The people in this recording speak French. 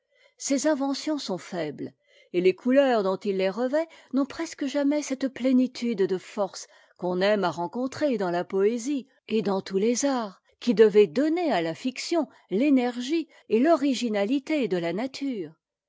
ses inventions sont faibles et les couleurs dont il les revêt n'ont presque jamais cette plénitude de force qu'on aime à rencontrer dans la poésie et dans tous les arts qui devaient donner à la fiction l'énergie et l'originalité de la nature